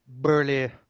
burly